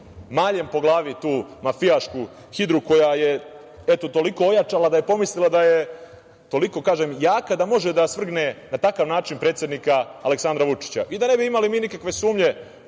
maljem po glavi tu mafijašku hidru koja je toliko ojačala da je pomislila da je toliko jaka da može da svrgne na takav način predsednika Aleksandra Vučića. Da ne bi imali nikakve sumnje